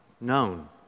known